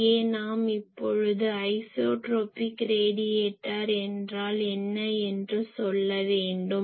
இங்கே நாம் இப்பொழுது ஐசோட்ரோபிக் ரேடியேட்டர் என்றால் என்ன என்று சொல்ல வேண்டும்